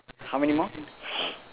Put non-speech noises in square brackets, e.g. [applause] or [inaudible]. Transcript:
how many more [noise]